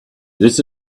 this